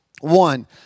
One